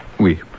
Oui